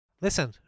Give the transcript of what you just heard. Listen